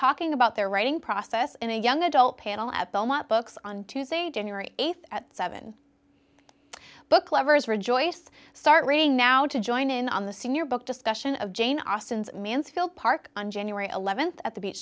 talking about their writing process in a young adult panel at the up books on tuesday january th at seven book lovers rejoice start reading now to join in on the senior book discussion of jane austen's mansfield park on january th at the beech